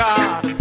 God